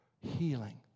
healing